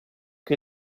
che